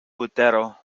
butero